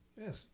Yes